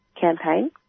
campaign